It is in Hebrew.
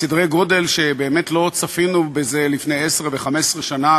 בסדרי גודל שבאמת לא צפינו כמותם לפני עשר ו-15 שנה,